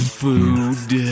food